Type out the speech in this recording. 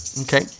Okay